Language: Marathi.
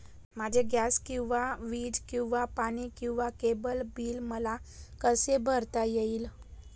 माझे गॅस किंवा वीज किंवा पाणी किंवा केबल बिल मला कसे भरता येईल?